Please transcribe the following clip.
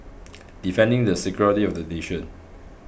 defending the security of the nation